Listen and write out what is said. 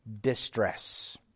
distress